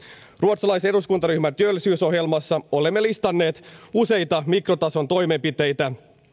ruotsalaisen eduskuntaryhmän työllisyysohjelmassa olemme listanneet useita mikrotason toimenpiteitä